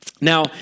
Now